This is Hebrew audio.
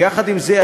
יחד עם זה,